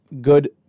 good